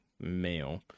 Male